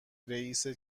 رئیست